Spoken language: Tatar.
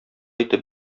итеп